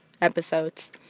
episodes